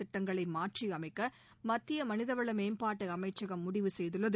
திட்டங்களை மாற்றி அமைக்க மத்திய மனிதவள மேம்பாட்டு அமைச்சகம் முடிவு செய்துள்ளது